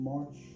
March